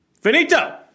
Finito